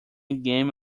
game